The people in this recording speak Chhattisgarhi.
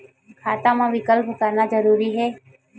खाता मा विकल्प करना जरूरी है?